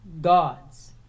God's